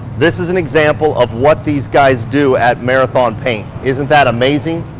this is an example of what these guys do at marathon paint. isn't that amazing?